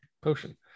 potion